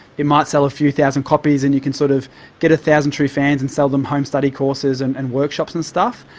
might sell a few thousand copies and you can sort of get a thousand true fans and sell them home-study courses and and workshops and stuff?